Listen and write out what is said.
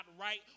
right